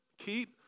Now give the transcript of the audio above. Keep